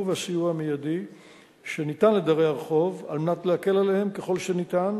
והסיוע המיידי שניתן לדרי הרחוב על מנת להקל עליהם ככל שניתן,